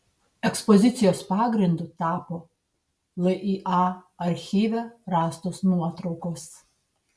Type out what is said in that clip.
ekspozicijos pagrindu tapo lya archyve rastos nuotraukos